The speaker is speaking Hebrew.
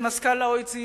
את מזכ"ל ה-OECD,